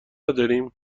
نداریم